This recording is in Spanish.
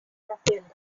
naciones